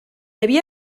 havia